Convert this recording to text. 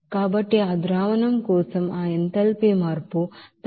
కాబట్టి ఆ ಸೊಲ್ಯೂಷನ್ కోసం ఆ ఎంథాల్పీ మార్పు దాని నిష్పత్తి 2